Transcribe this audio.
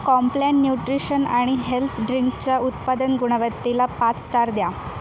Complan nutrition आणि health ड्रिंकच्या उत्पादन गुणवत्तेला पाच स्टार द्या